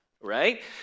right